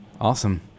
awesome